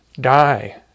die